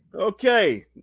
Okay